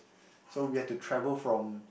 so we had to travel from